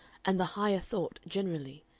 and the higher thought generally,